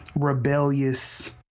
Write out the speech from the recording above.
rebellious